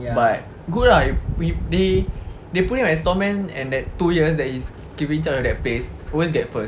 but good lah they put him as store man and that two years he's in-charge of that place always get first